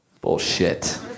Bullshit